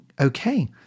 okay